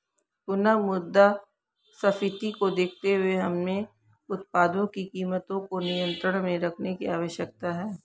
पुनः मुद्रास्फीति को देखते हुए हमें उत्पादों की कीमतों को नियंत्रण में रखने की आवश्यकता है